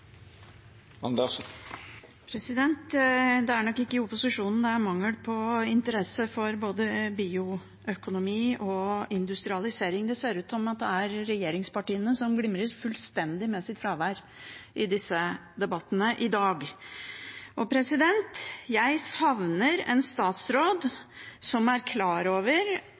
Det er nok ikke i opposisjonen det er mangel på interesse for både bioøkonomi og industrialisering. Det ser ut til å være regjeringspartiene som glimrer fullstendig med sitt fravær i disse debattene i dag. Jeg savner en statsråd som er klar over